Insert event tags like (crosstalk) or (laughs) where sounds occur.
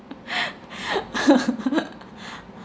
(laughs)